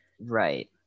Right